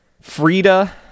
Frida